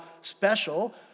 special